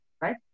right